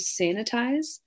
sanitize